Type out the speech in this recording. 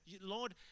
Lord